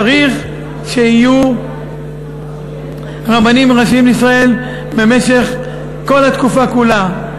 צריך שיהיו רבנים ראשיים לישראל במשך כל התקופה כולה.